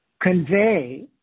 convey